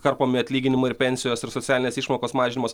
karpomi atlyginimai ir pensijos ir socialinės išmokos mažinamos